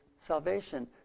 salvation